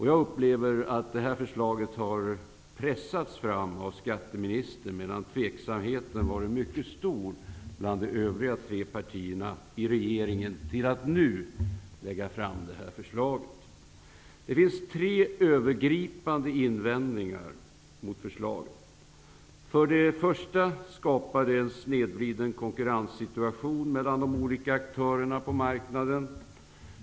Jag upplever att förslaget har pressats fram av skatteministern, medan tveksamheten har varit mycket stor bland de övriga tre partierna i regeringen till att nu lägga fram förslaget. Det finns tre övergripande invändningar mot förslaget. För det första skapar det en snedvriden konkurrenssituation mellan de olika aktörerna på marknaden.